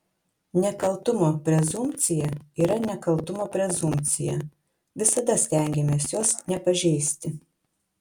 nekaltumo prezumpcija yra nekaltumo prezumpcija visada stengiamės jos nepažeisti